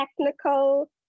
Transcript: technical